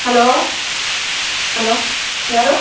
hello hello ಯಾರು